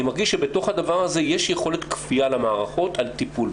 אני מרגיש שבתוך הדבר הזה יש יכולת כפיה למערכות על טיפול,